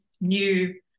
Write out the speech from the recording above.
new